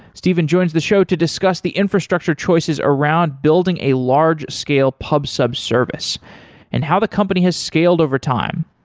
stephen joins the show to discuss the infrastructure choices around building a large scale pub-sub service and how the company has scaled over time.